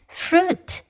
fruit